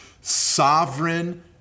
sovereign